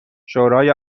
شورای